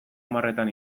hamarretan